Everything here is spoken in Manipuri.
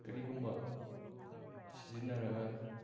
ꯀꯔꯤꯒꯨꯝꯕ ꯁꯤꯖꯤꯟꯅꯔꯒ